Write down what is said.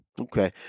Okay